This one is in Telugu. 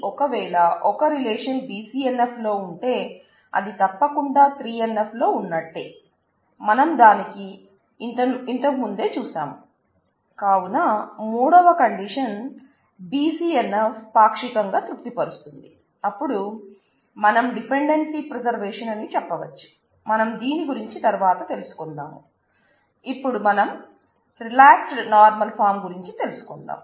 ఒక వేళ రిలేషన్ గురించి తెలుసుకుందాం